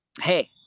Hey